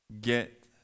get